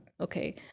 okay